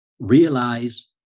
Realize